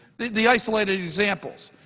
the the isolated examples.